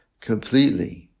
completely